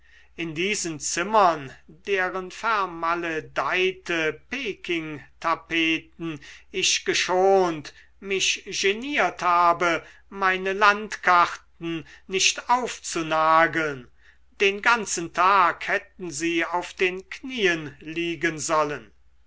in diesen zimmern deren vermaledeite pekingtapeten ich geschont mich geniert habe meine landkarten nicht aufzunageln den ganzen tag hätten sie auf den knien liegen sollen